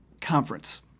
conference